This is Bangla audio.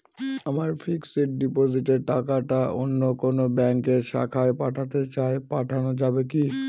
আমার ফিক্সট ডিপোজিটের টাকাটা অন্য কোন ব্যঙ্কের শাখায় পাঠাতে চাই পাঠানো যাবে কি?